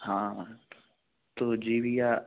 हाँ तो जी भैया